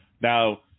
Now